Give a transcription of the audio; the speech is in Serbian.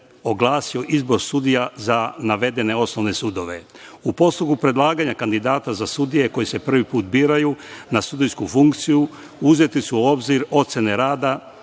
oglasio izbor sudija za navedene osnovne sudove.U postupku predlaganja kandidata za sudije koji se prvi put biraju na sudijsku funkciju, uzeti su u obzir ocene rada